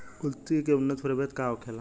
कुलथी के उन्नत प्रभेद का होखेला?